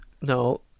no